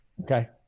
Okay